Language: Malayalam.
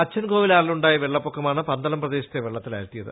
അച്ചൻകോവിലാറിലുണ്ടായ വെള്ളപ്പൊക്കമാണ് പന്തളം പ്രദേശത്തെ വെള്ളത്തിലാഴ്ത്തിയത്